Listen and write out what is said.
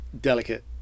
delicate